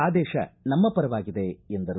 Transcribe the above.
ಆದೇಶ ನಮ್ಮ ಪರವಾಗಿದೆ ಎಂದರು